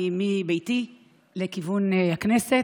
יצאתי מביתי לכיוון הכנסת,